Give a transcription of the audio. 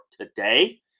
today